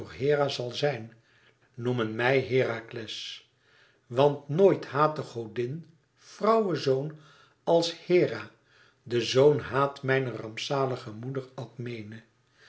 zal zijn noemen mij herakles want noit haatte godin vrouwezoon als hera den zoon haat mijner rampzalige moeder alkmene